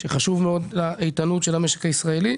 שחשוב מאוד לאיתנות של המשק ישראלי.